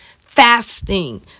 fasting